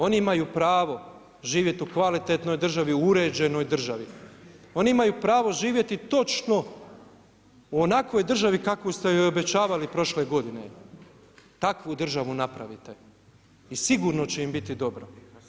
Oni imaju pravu živjeti u kvalitetnoj državi u uređenoj državi, oni imaju pravo živjeti točno u onakvoj kakvu ste je obećavali prošle godine, takvu državu napravite i sigurno će im biti dobro.